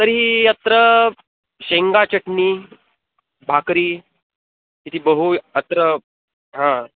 तर्हि अत्र शेङ्गाचट्णि भाकरी इति बहू अत्र हा